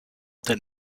did